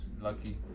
lucky